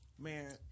Man